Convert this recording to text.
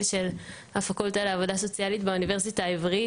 של הפקולטה לעבודה סוציאלית באוניברסיטה העברית,